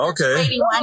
Okay